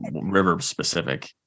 river-specific